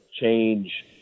change